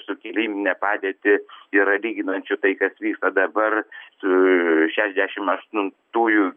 sukiliminę padėtį yra lyginančių tai kas vyksta dabar su šešiasdešimt aštuntųjų